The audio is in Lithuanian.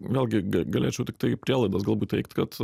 vėlgi galėčiau tiktai prielaidas galbūt teigt kad